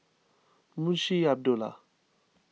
Munshi Abdullah